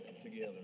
together